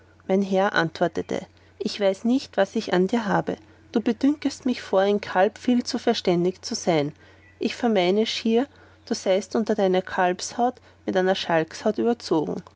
mein herr antwortete ich weiß nicht was ich an dir habe du bedünkest mich vor ein kalb viel zu verständig zu sein ich vermeine schier du seist unter deiner kalbshaut mit einer schalkshaut überzogen